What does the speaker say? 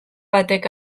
batek